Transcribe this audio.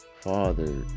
father